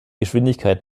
geschwindigkeit